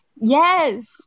Yes